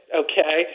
okay